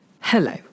Hello